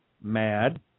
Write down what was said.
Mad